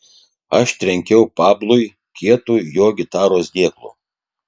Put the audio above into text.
aš trenkiau pablui kietu jo gitaros dėklu